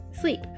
sleep